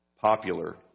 popular